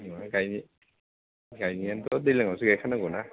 जेनेबा गायनो गायनायानोथ' दैलाङावसो गायखानांगौ ना